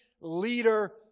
leader